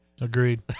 agreed